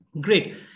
Great